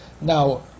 Now